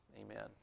amen